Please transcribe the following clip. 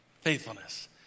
faithfulness